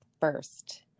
first